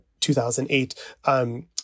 2008